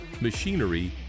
machinery